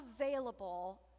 available